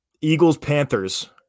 Eagles-Panthers